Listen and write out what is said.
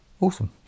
Awesome